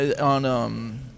on